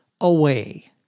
Away